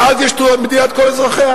ואז יש מדינת כל אזרחיה.